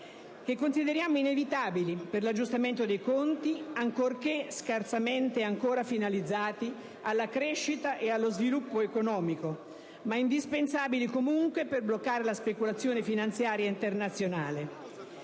che consideriamo inevitabili per l'aggiustamento dei conti, sebbene ancora scarsamente finalizzati alla crescita e allo sviluppo economico, ma indispensabili comunque per bloccare la speculazione finanziaria internazionale.